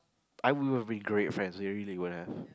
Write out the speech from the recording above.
I would be great friends you really want have